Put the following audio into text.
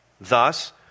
Thus